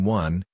one